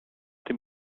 dem